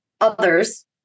others